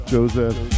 Joseph